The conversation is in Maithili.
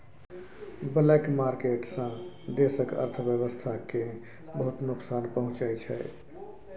ब्लैक मार्केट सँ देशक अर्थव्यवस्था केँ बहुत नोकसान पहुँचै छै